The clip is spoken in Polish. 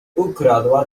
ukradła